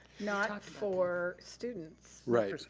not for students. right,